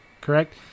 correct